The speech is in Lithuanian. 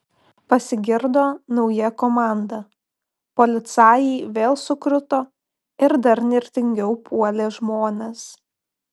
pasigirdo nauja komanda policajai vėl sukruto ir dar nirtingiau puolė žmones